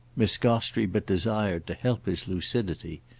miss gostrey but desired to help his lucidity.